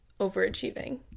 overachieving